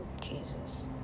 Jesus